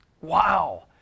Wow